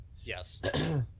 Yes